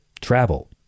travel